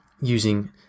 using